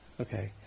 Okay